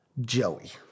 Joey